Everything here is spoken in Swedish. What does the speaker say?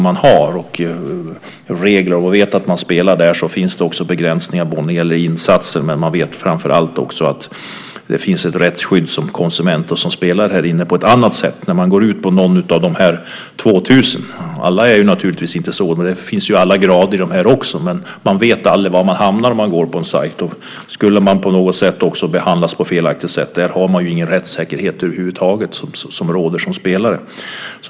Man vet att om man spelar där finns det begränsningar när det gäller insatserna, men framför allt vet man också att man har ett rättsskydd som konsument och som spelare på ett annat sätt än när man går ut på någon av de andra 2 000. Alla är naturligtvis inte sådana. Det finns alla grader. Men man vet aldrig var man hamnar om man går ut på en sajt. Skulle man på något sätt behandlas på ett felaktigt sätt där har man ju ingen rättssäkerhet över huvud taget som spelare.